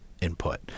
input